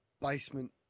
basement